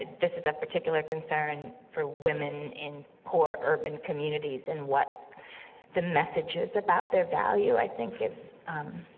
this is a particular concern for women in poor, urban communities, and what the message is about their value i think is um,